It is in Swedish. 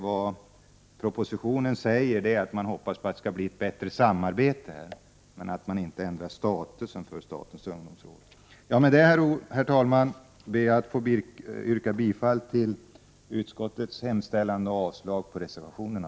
Vad propositionen säger är att man hoppas på att det skall bli ett bättre samarbete men att man inte ändrar statusen för statens ungdomsråd. Med det, herr talman, ber jag att få yrka bifall till utskottets hemställan och avslag på reservationerna.